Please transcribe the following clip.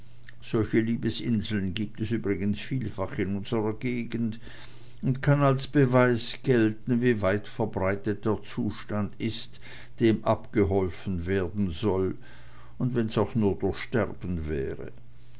solche liebesinseln gibt es übrigens vielfach in unsrer gegend und kann als beweis gelten wie weitverbreitet der zustand ist dem abgeholfen werden soll und wenn's auch durch sterben wäre